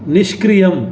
निष्क्रियम्